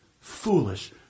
Foolish